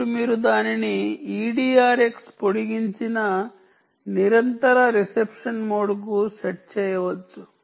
అప్పుడు మీరు దానిని eDRX పొడిగించిన నిరంతర రిసెప్షన్ మోడ్కు సెట్ చేయవచ్చు